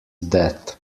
death